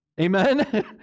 Amen